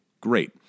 Great